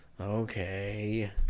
Okay